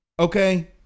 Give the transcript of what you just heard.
Okay